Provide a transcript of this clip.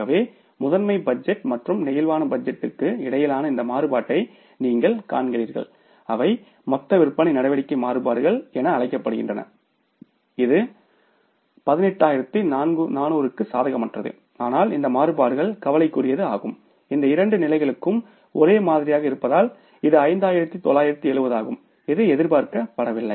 ஆகவே முதன்மை பட்ஜெட் மற்றும் பிளேக்சிபிள் பட்ஜெட்டுக்கு இடையிலான இந்த மாறுபாட்டை நீங்கள் காண்கிறீர்கள் அவை மொத்த விற்பனை நடவடிக்கை மாறுபாடுகள் என அழைக்கப்படுகின்றன இது 18400 க்கு சாதகமற்றது ஆனால் இந்த மாறுபாடுகள் கவலைக்குரியதாகும் இந்த இரண்டு நிலைகளும் ஒரே மாதிரியாக இருப்பதால் இது 5970 ஆகும் இது எதிர்பார்க்கப்படவில்லை